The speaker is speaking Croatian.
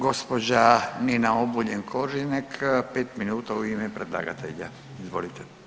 Gđa. Nina Obuljen Koržinek 5 minuta u ime predlagatelja, izvolite.